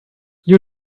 you